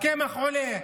הקמח עולה,